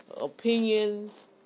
opinions